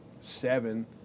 seven